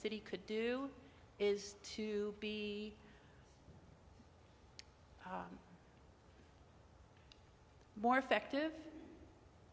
city could do is to be more effective